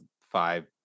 five